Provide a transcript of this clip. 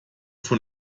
von